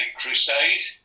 crusade